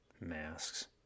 masks